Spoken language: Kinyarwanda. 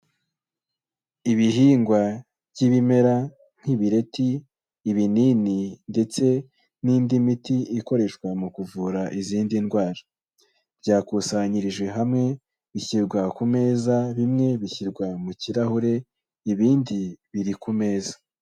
Ibihingwa by'ibimera nk'ibireti, ibinini ndetse n'indi miti ikoreshwa mu kuvura izindi ndwara. Byakusanyirijwe hamwe bishyirwa ku meza bimwe bishyirwa mu kirahure, ibindi biri ku meza.